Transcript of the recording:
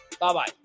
Bye-bye